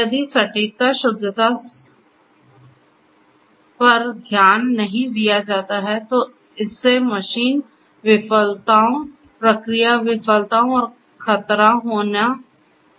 यदि सटीकता शुद्धता सटीकता पर ध्यान नहीं दिया जाता है तो इससे मशीन विफलताओं प्रक्रिया विफलताओं और खतरा होना हो सकता है